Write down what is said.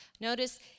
notice